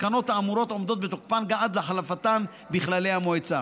התקנות האמורות עומדות בתוקפן עד להחלפתן בכללי המועצה.